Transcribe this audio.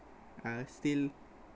uh still